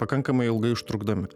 pakankamai ilgai užtrukdami